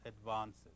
advances